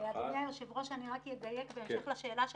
אדוני היושב ראש, אני אדייק בהמשך לשאלה שלך.